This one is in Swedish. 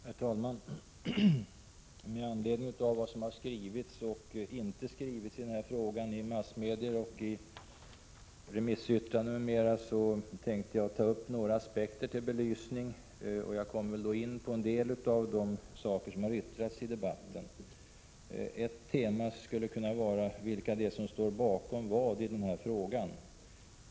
Herr talman! Med anledning av vad som har skrivits i den här frågan i massmedier, i remissyttranden m.m. tänker jag ta upp några aspekter till belysning, och jag kommer då in på en del av det som har yttrats här i debatten. Ett tema skulle kunna vara: Vilka står bakom vad i den här frågan?